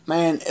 Man